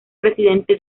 presidente